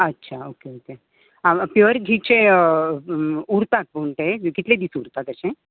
आच्छा okay okay pure घी चे उरतात पूण अशें कितले दीस उरतात